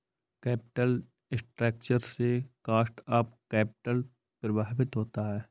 capital structure से cost of capital प्रभावित होता है